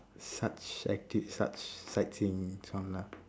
such activ~ such sightseeing lah